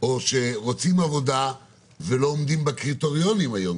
או שרוצים עבודה ולא עומדים בקריטריונים היום.